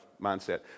mindset